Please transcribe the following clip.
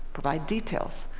provide details.